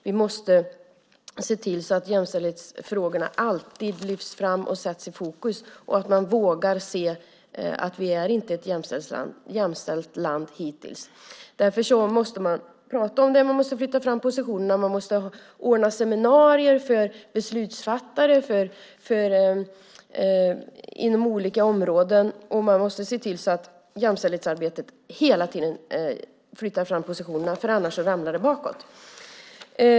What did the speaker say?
Vi måste se till att jämställdhetsfrågorna alltid lyfts fram och sätts i fokus och att man vågar se att vi ännu inte är ett jämställt land. Man måste prata om det. Man måste flytta fram positionerna. Man måste ordna seminarier för beslutsfattare inom olika områden, och man måste se till att jämställdhetsarbetet hela tiden flyttar fram positionerna, för annars ramlar det bakåt.